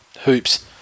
hoops